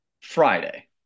friday